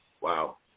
Wow